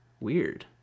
weird